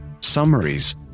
summaries